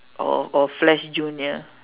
or or flash junior